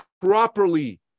properly